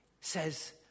says